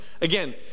again